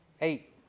Eight